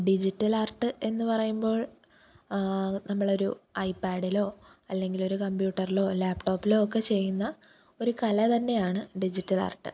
digital art എന്നു പറയുമ്പോള് നമ്മളൊരു ഐ പാഡിലോ അല്ലെങ്കിലൊരു കംപ്യൂട്ടറിലോ ലാപ്ടോപ്പിലോ ഒക്കെ ചെയ്യുന്ന ഒരു കല തന്നെയാണ് ഡിജിറ്റൽ ആര്ട്ട്